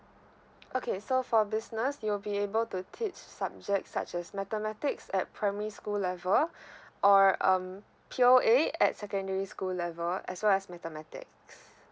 okay so for business you will be able to teach subject such as mathematics at primary school level or um P_O_A at secondary school level as well as mathematics